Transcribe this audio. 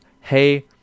hey